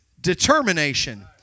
determination